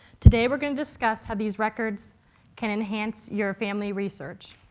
today we're going to discuss how these records can enhance your family research.